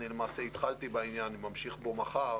למעשה התחלתי בעניין ואני ממשיך בו מחר,